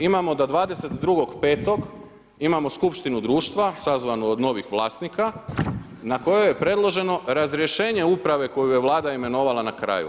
Imamo da 22.5. imamo skupštinu društva sazvanu od novih vlasnika na kojoj je predloženo razrješenje uprave koju je Vlada imenovala na kraju.